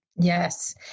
Yes